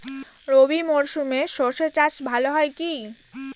রবি মরশুমে সর্ষে চাস ভালো হয় কি?